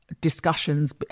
discussions